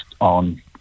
on